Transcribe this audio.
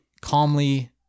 calmly